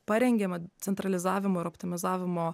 parengėme centralizavimo ir optimizavimo